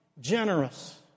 generous